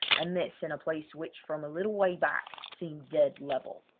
and this in a place which from a little way back seemed dead level.